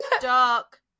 dark